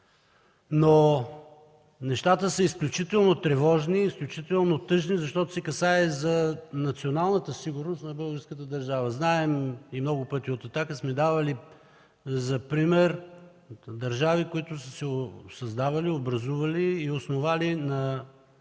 Но нещата са изключително тревожни и тъжни, защото се касае за националната сигурност на българската държава. Знаем и много пъти от „Атака” сме давали за пример държави, които са се създавали, образували и основали на